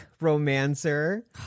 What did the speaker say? romancer